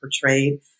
portrayed